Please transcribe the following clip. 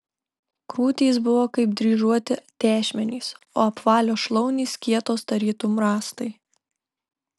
krūtys buvo kaip dryžuoti tešmenys o apvalios šlaunys kietos tarytum rąstai